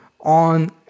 on